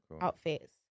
outfits